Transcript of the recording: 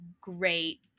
great